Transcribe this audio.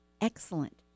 excellent